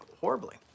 horribly